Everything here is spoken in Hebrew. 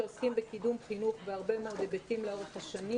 שעוסקים בקידום חינוך בהרבה מאוד היבטים לאורך השנים